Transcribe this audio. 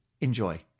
Enjoy